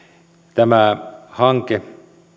tämä hanke